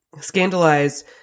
scandalized